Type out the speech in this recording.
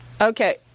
Okay